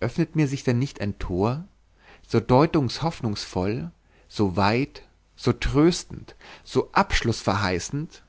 öffnet sich mir da nicht ein tor so deutung hoffnungsvoll so weit so tröstend so abschlußverheißend